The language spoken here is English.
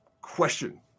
Question